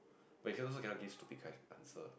but can also can not give stupid kind answer